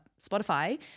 Spotify